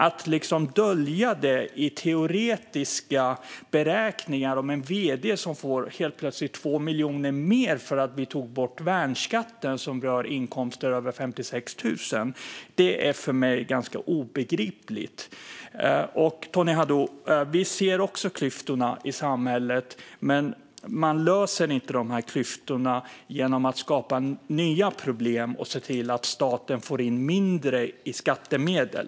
Att dölja detta i teoretiska beräkningar om en vd som plötsligt får 2 miljoner mer för att vi tog bort värnskatten, som rör inkomster över 56 000, är för mig ganska obegripligt. Vi ser också klyftorna i samhället, Tony Haddou. Men man löser dem inte genom att skapa nya problem genom att staten får in mindre i skattemedel.